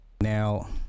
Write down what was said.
now